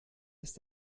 ist